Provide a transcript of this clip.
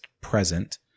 present